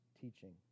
teaching